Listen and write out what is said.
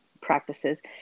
practices